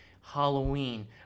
Halloween